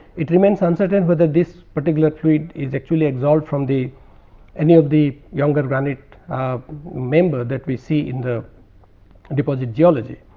it remains uncertain whether this particular fluid is actually exalt from the any of the younger valid ah member that we see in the deposit geology.